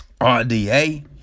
RDA